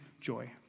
joy